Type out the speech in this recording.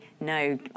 no